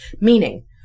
meaning